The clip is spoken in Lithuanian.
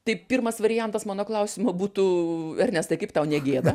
tai pirmas variantas mano klausimo būtų ernestai kaip tau negėda